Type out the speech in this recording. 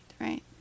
Right